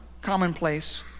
commonplace